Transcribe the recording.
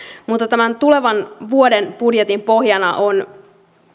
mutta tämän tulevan vuoden budjetin pohjana on